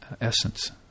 essence